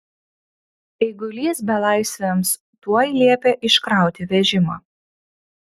eigulys belaisviams tuoj liepė iškrauti vežimą